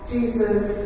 Jesus